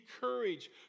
courage